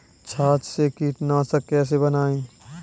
छाछ से कीटनाशक कैसे बनाएँ?